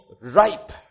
ripe